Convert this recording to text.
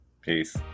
Peace